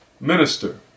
minister